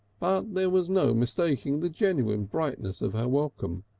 but there was no mistaking the genuine brightness of her welcome.